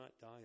die